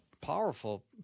powerful